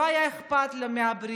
לא היה אכפת לו מהבריאות,